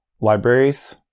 libraries